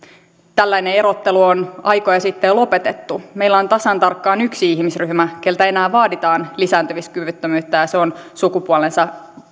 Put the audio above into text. tällainen erottelu on aikoja sitten jo lopetettu meillä on tasan tarkkaan yksi ihmisryhmä keltä enää vaaditaan lisääntymiskyvyttömyyttä ja ja se on sukupuolensa